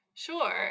Sure